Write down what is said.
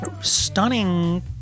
stunning